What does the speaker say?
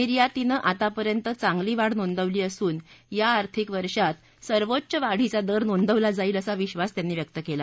निर्यातीनं आतापर्यंत चांगली वाढ नोंदवली असून या आर्थिक वर्षात सर्वोच्च वाढीचा दर नोंदवला जाईल असा विधास त्यांनी व्यक्त केला